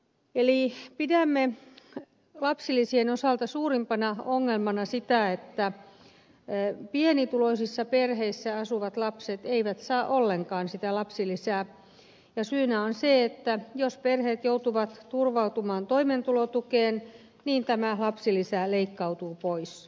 eli pidämme lapsilisien osalta suurimpana ongelmana sitä että pienituloisissa perheissä asuvat lapset eivät saa ollenkaan sitä lapsilisää ja syynä on se että jos perheet joutuvat turvautumaan toimeentulotukeen niin tämä lapsilisä leikkautuu pois